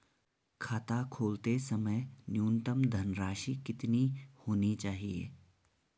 खाता खोलते समय न्यूनतम धनराशि कितनी होनी चाहिए?